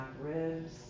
ribs